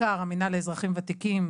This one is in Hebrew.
בעיקר המנהל לאזרחים וותיקים,